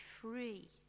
free